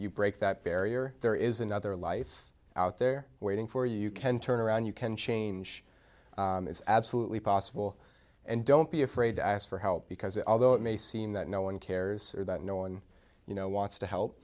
you break that barrier there is another life out there waiting for you can turn around you can change it's absolutely possible and don't be afraid to ask for help because although it may seem that no one cares or that knowing you know wants to help